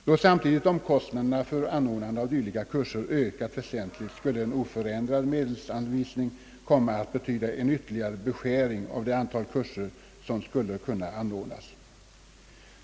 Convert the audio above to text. Då samtidigt omkostnaderna för anordnande av dylika kurser stigit väsentligt skulle en oförändrad medelsanvisning komma att betyda en ytterligare beskärning av det antal kurser som skulle kunna anordnas.